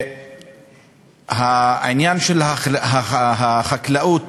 העניין של החקלאות